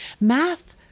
math